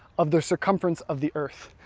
of the circumference of the earth.